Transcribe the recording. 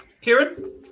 Kieran